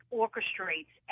orchestrates